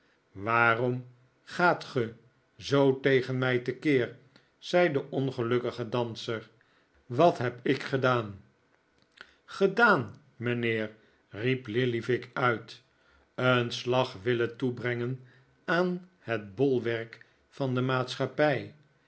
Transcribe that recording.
waarom gaat ge zoo tegen mij te keer zei de ongelukkige danser wat heb ik gedaan gedaan mijnheer riep lillyvick uit een slag willen toebrengen aan het bolwerk van de maatschappij